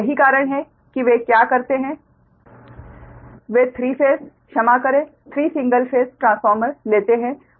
यही कारण है कि वे क्या करते हैं वे 3 फेस क्षमा करें 3 सिंगल फेस ट्रांसफार्मर लेते है